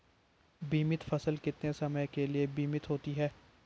बीमित फसल कितने समय के लिए बीमित होती है?